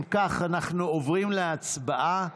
אם כך, אנחנו עוברים להצבעה על